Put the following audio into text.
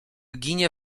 ginie